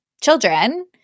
children